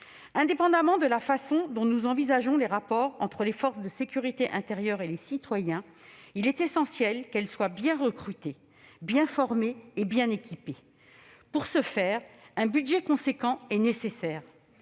Indépendamment de la façon dont nous envisageons les rapports entre les forces de sécurité intérieure et les citoyens, il est essentiel que celles-ci soient bien recrutées, bien formées et bien équipées. Pour ce faire, un budget important est nécessaire.